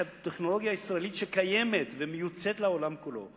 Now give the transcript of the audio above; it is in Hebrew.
הטכנולוגיה הישראלית שקיימת ומיוצאת לעולם כולו קובעת,